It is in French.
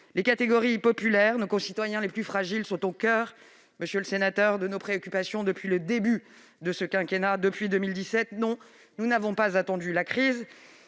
les catégories populaires, nos concitoyens les plus fragiles, sont au coeur de nos préoccupations depuis le début de ce quinquennat en 2017. Ah bon ! Nous n'avons pas attendu la crise